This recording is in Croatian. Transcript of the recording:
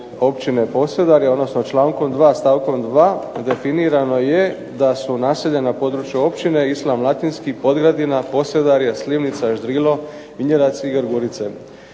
OPćina Posedarje odnosno člankom 2. stavkom 2. definirano je da su naseljena područja Općine Islam Latinski, POdgradina, POsedarje, Slivnica, Ždrilo, Vinjerac i Grgurice.